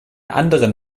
anderen